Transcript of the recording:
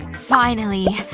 finally,